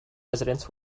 residents